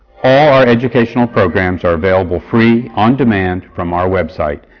all our educational programs are available free, on demand, from our web site,